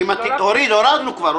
הורדנו כבר.